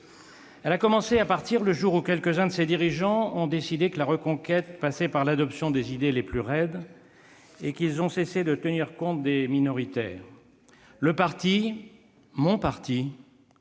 Elle a commencé à partir le jour où quelques-uns de ses dirigeants ont décidé que la reconquête passait par l'adoption des idées les plus raides et ont cessé de tenir compte des minoritaires. Le parti, mon parti,